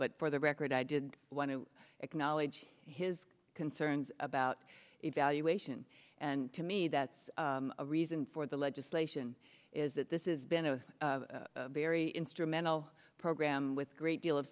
but for the record i did want to acknowledge his concerns about evaluation and to me that's a reason for the legislation is that this is been a very instrumental program with a great deal of